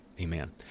amen